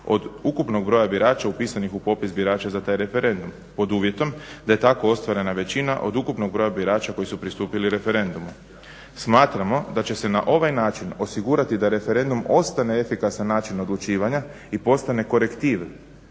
od ukupnog broja birača upisanih u popis birača za taj referendum pod uvjetom da je tako ostvarena većina od ukupnog broja birača koji su pristupili referendumu. Smatramo da će se na ovaj način osigurati da referendum ostane efikasan način odlučivanja i postane korektiv